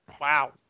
Wow